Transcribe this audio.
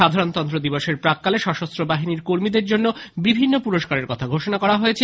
সাধারণতন্ত্র দিবসের প্রাক্কালে সশস্ত্র বাহিনীর কর্মীদের জন্য বিভিন্ন পুরস্কারের কথা ঘোষণা করা হয়েছে